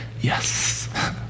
yes